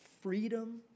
freedom